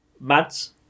Mads